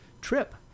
trip